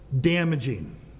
damaging